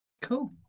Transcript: Cool